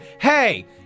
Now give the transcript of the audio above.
hey